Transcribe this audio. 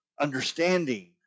understanding